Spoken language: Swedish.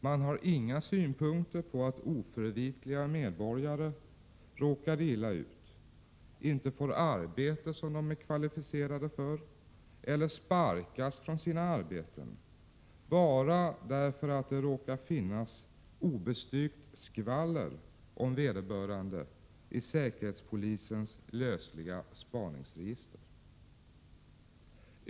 Man har inga synpunkter på att oförvitliga medborgare råkar illa ut, inte får arbete som de är kvalificerade för eller sparkas från sina arbeten bara därför att det råkar finnas obestyrkt skvaller om vederbörande i säkerhetspolisens lösliga spaningsregister.